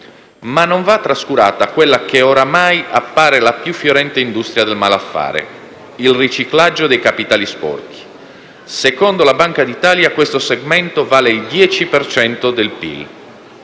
Ma non va trascurata quella che oramai appare la più fiorente industria del malaffare: il riciclaggio dei capitali sporchi. Secondo la Banca d'Italia, questo segmento vale il 10 per